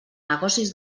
negocis